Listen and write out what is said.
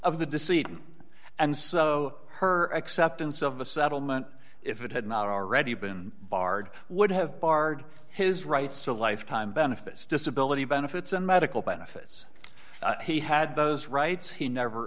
of the deceit and so her acceptance of a settlement if it had not already been barred would have barred his rights to lifetime benefits disability benefits and medical benefits he had those rights he never